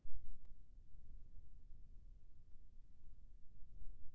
मोर खाता म कतेक हे ओला मोबाइल म कइसे देख सकत हन?